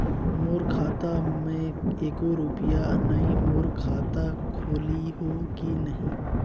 मोर खाता मे एको रुपिया नइ, मोर खाता खोलिहो की नहीं?